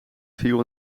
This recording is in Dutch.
viel